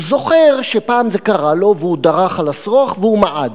הוא זוכר שפעם זה קרה לו והוא דרך על השרוך והוא מעד,